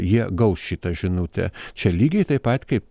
jie gaus šitą žinutę čia lygiai taip pat kaip